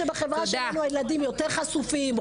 אני יכולה להגיד שבחברה שלנו הילדים יותר חשופים,